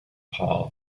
paul